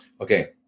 Okay